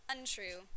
Untrue